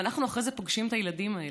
ואנחנו אחרי זה פוגשים את הילדים האלה,